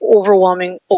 overwhelming